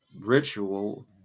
ritual